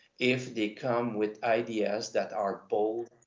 if they come with ideas that are bold,